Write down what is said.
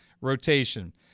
rotation